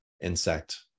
insect